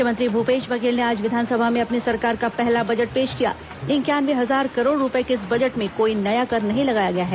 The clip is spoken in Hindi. मुख्यमंत्री भूपेश बघेल ने आज विधानसभा में अपनी सरकार का पहला बजट पेश किया इंक्यानवे हजार करोड़ रूपये के इस बजट में कोई नया कर नहीं लगाया गया है